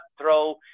throw